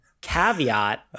Caveat